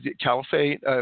Caliphate